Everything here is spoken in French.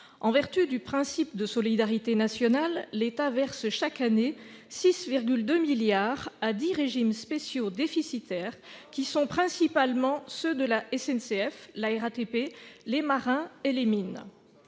En vertu du principe de solidarité nationale, l'État verse chaque année 6,2 milliards d'euros à dix régimes spéciaux déficitaires, qui sont principalement ceux de la SNCF, de la RATP, des marins et des mines.